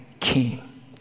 king